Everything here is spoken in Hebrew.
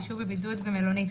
יישוב ובידוד במלונית.